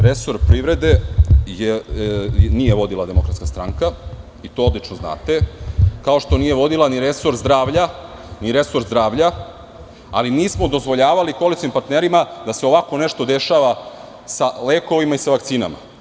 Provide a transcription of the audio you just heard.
Resor privrede nije vodila DS i to odlično znate, kao što nije vodila ni resor zdravlja, ali nismo dozvoljavali koalicionim partnerima da se ovako nešto dešava sa lekovima i sa vakcinama.